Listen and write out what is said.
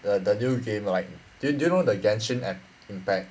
the the new game like do do you know the genshin ep~ impact